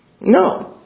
No